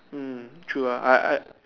mm true ah I I